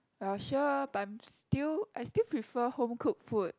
well sure but I'm still I still prefer home cooked food